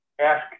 ask